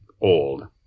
old